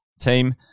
team